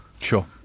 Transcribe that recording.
Sure